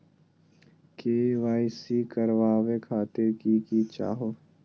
KYC करवावे खातीर कि कि चाहियो?